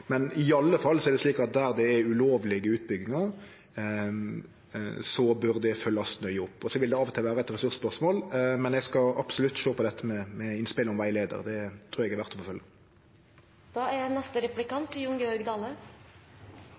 Men det er i alle fall slik at der det er ulovlege utbyggingar, bør ein følgje det nøye opp. Det vil av og til vere eit ressursspørsmål, men eg skal absolutt sjå på dette innspelet om rettleiing. Det trur eg er verdt å